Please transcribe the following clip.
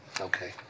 Okay